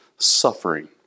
Suffering